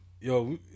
Yo